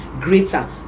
greater